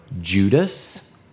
Judas